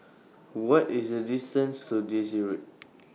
What IS The distance to Daisy Road